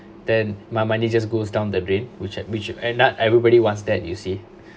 then my money just goes down the drain which I which would end up everybody wants that you see